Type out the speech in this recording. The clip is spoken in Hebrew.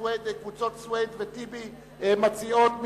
קבוצות סוייד וטיבי מציעות.